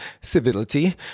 civility